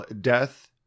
death